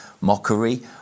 mockery